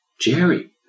Jerry